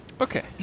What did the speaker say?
Okay